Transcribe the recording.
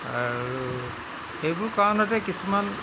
আৰু সেইবোৰ কাৰণতে কিছুমান